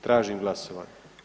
Tražim glasovanje.